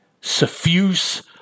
suffuse